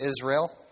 Israel